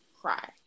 cry